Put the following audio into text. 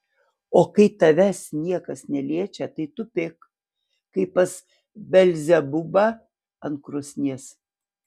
o kai tavęs niekas neliečia tai tupėk kaip pas belzebubą ant krosnies